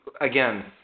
again